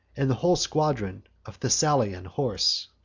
and the whole squadron of thessalian horse.